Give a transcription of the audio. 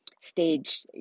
Stage